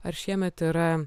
ar šiemet yra